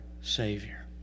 savior